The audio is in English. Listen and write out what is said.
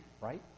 Right